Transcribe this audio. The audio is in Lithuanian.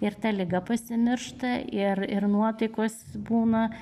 ir ta liga pasimiršta ir ir nuotaikos būna